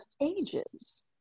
ages